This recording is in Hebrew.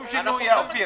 אנחנו בעד.